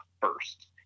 first